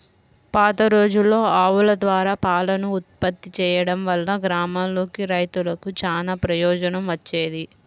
పాతరోజుల్లో ఆవుల ద్వారా పాలను ఉత్పత్తి చేయడం వల్ల గ్రామాల్లోని రైతులకు చానా ప్రయోజనం వచ్చేది